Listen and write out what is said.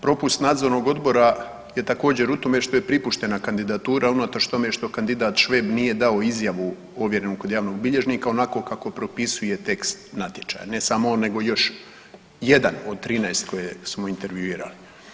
Propust nadzornog odbora je također u tome što je pripuštena kandidatura unatoč tome što kandidat Šveb nije dao izjavu ovjerenu kod javnog bilježnika onako kako propisuje tekst natječaja, ne samo on nego još jedan od 13 koje smo intervjuirali.